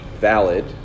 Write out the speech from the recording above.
valid